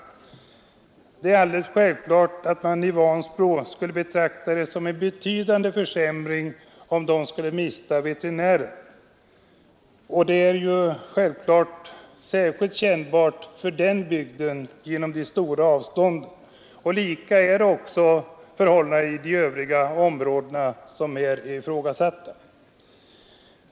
Det är självklart att man i Vansbro skulle betrakta det som en betydande försämring om man miste veterinären. Det är särskilt kännbart för den bygden på grund av de stora avstånden. Samma är förhållandet i de övriga ifrågasatta områdena.